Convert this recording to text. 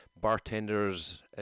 bartenders